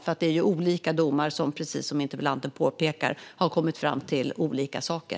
Som interpellanten påpekar har man i olika domar kommit fram till olika saker.